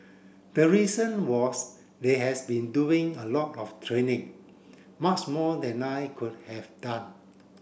the reason was they has been doing a lot of training much more than I could have done